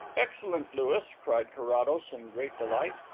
excellent, louis, cried carrados in great delight.